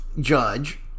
judge